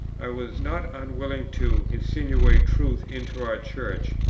i was not unwilling to insinuate truths into our church,